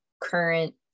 current